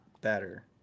better